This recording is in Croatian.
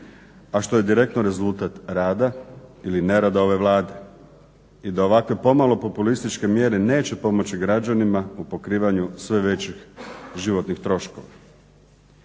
A što je direktno rezultat rada ili nerada ove Vlade. I da ovakve pomalo populističke mjere neće pomoći građanima u pokrivanju sve većih životnih troškova.